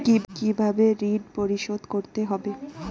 কিভাবে ঋণ পরিশোধ করতে হবে?